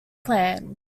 planned